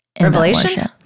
Revelation